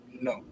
No